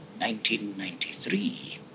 1993